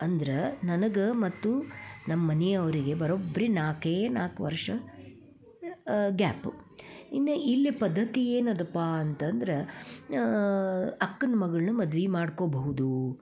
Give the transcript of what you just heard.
ಅಂದ್ರೆ ನನಗೆ ಮತ್ತು ನಮ್ಮ ಮನೆಯವ್ರಿಗೆ ಬರೋಬ್ಬರಿ ನಾಲ್ಕೇ ನಾಲ್ಕು ವರ್ಷ ಗ್ಯಾಪು ಇನ್ನು ಇಲ್ಲಿ ಪದ್ದತಿ ಏನದಪ್ಪ ಅಂತಂದ್ರೆ ಅಕ್ಕನ ಮಗಳ್ನ ಮದ್ವೆ ಮಾಡ್ಕೊಬಹುದು